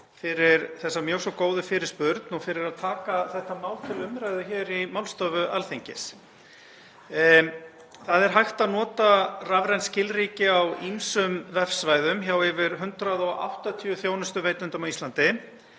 fyrir þessa mjög svo góðu fyrirspurn og fyrir að taka þetta mál til umræðu hér í málstofu Alþingis. Það er hægt að nota rafræn skilríki á ýmsum vefsvæðum hjá yfir 180 þjónustuveitendum á Íslandi